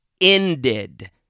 ended